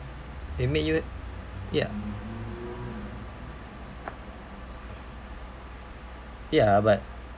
it make you ya ya but